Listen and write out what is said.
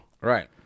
Right